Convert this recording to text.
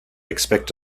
expect